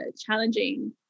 challenging